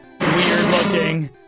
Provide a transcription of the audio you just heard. weird-looking